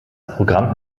programm